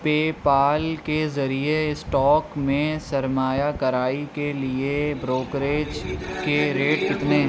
پے پال کے ذریعے اسٹاک میں سرمایہ کاری کے لیے بروکریج کے ریٹ کتنے